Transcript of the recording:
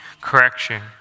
correction